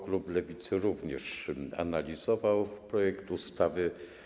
Klub Lewicy również analizował projekt ustawy.